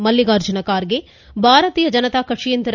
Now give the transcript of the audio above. மல்லிகார்ஜுன கார்கே பாரதீய ஜனதா கட்சியின் திரு